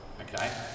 Okay